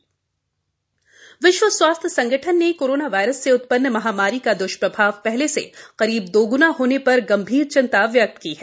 विश्व स्वास्थ्य संगठन कोविड विश्व स्वास्थ्य संगठन ने कोरोना वायरस से उत्पन्न महामारी का दृष्प्रभाव पहले से करीब दोगुना होने पर गंभीर चिंता व्यक्त की है